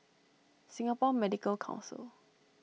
Singapore Medical Council